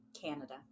Canada